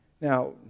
Now